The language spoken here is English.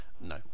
No